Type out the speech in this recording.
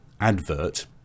advert